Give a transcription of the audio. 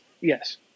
Yes